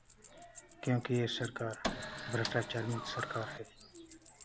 क्योंकि ये सरकार भ्रष्टाचार मुक्त सरकार है